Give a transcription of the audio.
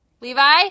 Levi